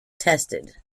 tested